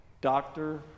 doctor